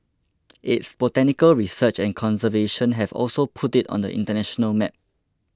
its botanical research and conservation have also put it on the international map